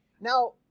now